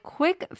quick